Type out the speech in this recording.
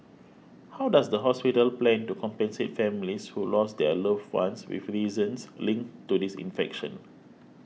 how does the hospital plan to compensate families who lost their loved ones with reasons linked to this infection